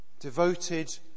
Devoted